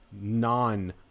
non